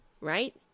Right